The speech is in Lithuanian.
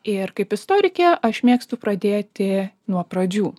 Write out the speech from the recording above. ir kaip istorikė aš mėgstu pradėti nuo pradžių